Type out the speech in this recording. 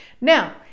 Now